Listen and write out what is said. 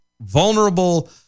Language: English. vulnerable